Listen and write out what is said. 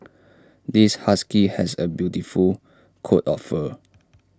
this husky has A beautiful coat of fur